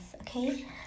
okay